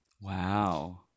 Wow